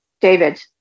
David